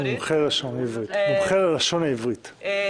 מומחה ללשון העברית.